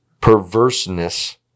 perverseness